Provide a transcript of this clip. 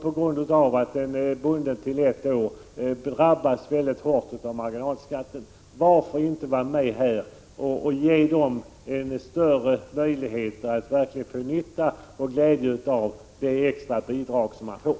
På grund av att ersättningen är bunden till ett år drabbas de mycket hårt av marginalskatten. Varför inte ge dem en större möjlighet att verkligen få nytta och glädje av det extra bidraget?